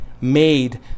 made